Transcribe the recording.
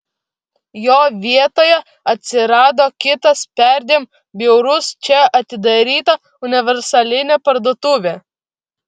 jo vietoje atsirado kitas perdėm bjaurus čia atidaryta universalinė parduotuvė